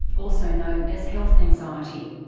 also known as health anxiety,